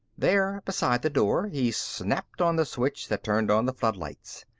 there, beside the door, he snapped on the switch that turned on the floodlights.